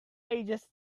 ages